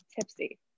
tipsy